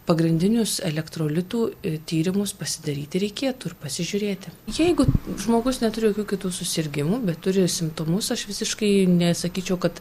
pagrindinius elektrolitų tyrimus pasidaryti reikėtų ir pasižiūrėti jeigu žmogus neturi jokių kitų susirgimų bet turi simptomus aš visiškai nesakyčiau kad